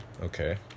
Okay